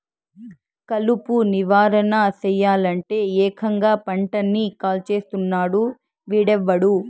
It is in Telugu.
కలుపు నివారణ సెయ్యలంటే, ఏకంగా పంటని కాల్చేస్తున్నాడు వీడెవ్వడు